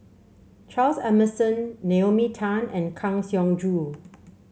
Charles Emmerson Naomi Tan and Kang Siong Joo